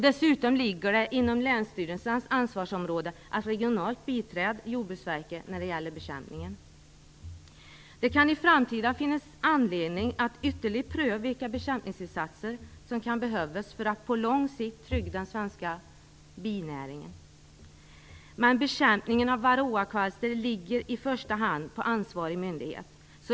Dessutom ligger det inom länsstyrelsernas ansvarsområde att regionalt biträda Jordbruksverket vid bekämpningen. Det kan i framtiden finnas anledning att ytterligare pröva vilka bekämpningsinsatser som kan behövas för att på lång sikt trygga den svenska binäringen. Bekämpningen av varroakvalster åligger dock i första hand ansvarig myndighet.